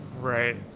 Right